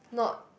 not